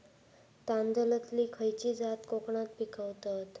तांदलतली खयची जात कोकणात पिकवतत?